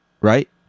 Right